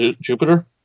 Jupiter